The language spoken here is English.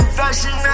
fashion